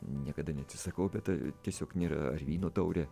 niekada neatsisakau bet tai tiesiog nėra ar vyno taurė